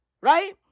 Right